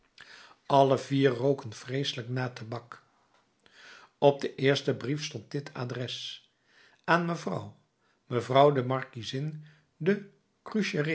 alle vier roken vreeselijk naar tabak op den eersten brief stond dit adres aan mevrouw mevrouw de markiezin de